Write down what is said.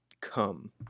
come